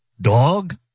dog